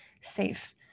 safe